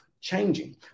changing